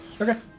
Okay